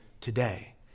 today